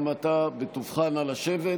גם אתה, בטובך, נא לשבת.